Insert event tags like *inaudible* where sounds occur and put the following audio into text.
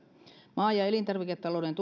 maa ja elintarviketalouden *unintelligible*